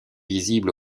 visibles